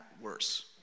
worse